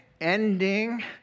ending